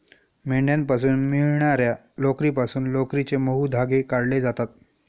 मेंढ्यांपासून मिळणार्या लोकरीपासून लोकरीचे मऊ धागे काढले जातात